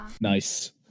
Nice